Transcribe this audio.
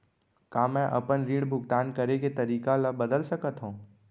का मैं अपने ऋण भुगतान करे के तारीक ल बदल सकत हो?